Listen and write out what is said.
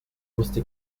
wusste